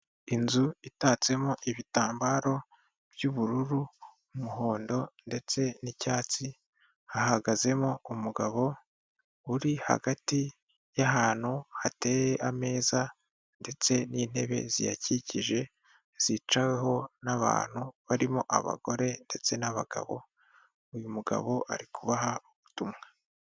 Inzu itatsemo ibitambaro by'ubururu, umuhondo ndetse n'icyatsi, hahagazemo umugabo uri hagati y'ahantu hateye ameza ndetse n'intebe ziyakikije zicaweho n'abantu barimo abagore ndetse n'abagabo, uyu mugabo ari kubaha ubutumwa.